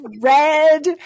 red